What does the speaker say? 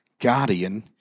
guardian